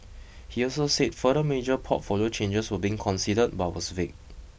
he also said further major portfolio changes were being considered but was vague